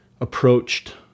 approached